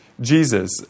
Jesus